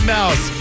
Mouse